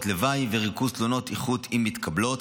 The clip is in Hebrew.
לוואי וריכוז תלונות איכות אם מתקבלות,